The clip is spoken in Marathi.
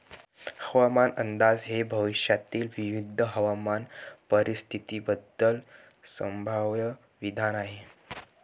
हवामान अंदाज हे भविष्यातील विविध हवामान परिस्थितींबद्दल संभाव्य विधान आहे